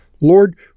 Lord